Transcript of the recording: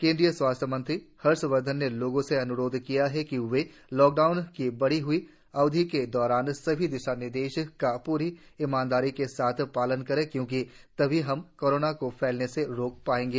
केन्द्रीय स्वास्थ्य मंत्री हर्षवर्धन ने लोगों से अनुरोध किया है कि वे लॉकडाउन की बढ़ी हई अवधि के दौरान सभी दिशा निर्देशों का पूरी ईमानदारी के साथ पालन करें क्योंकि तभी हम कोरोना को फैलने से रोक पायेंगे